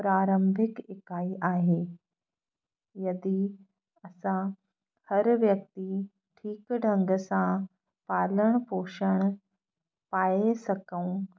प्रारंभिक इकाई आहे यदि असां हर व्यक्ति ठीकु ढंग सां पालण पोषण पाए सघूं